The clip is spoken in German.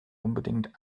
unbedingt